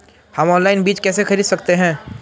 हम ऑनलाइन बीज कैसे खरीद सकते हैं?